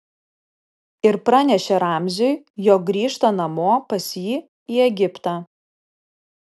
ir pranešė ramziui jog grįžta namo pas jį į egiptą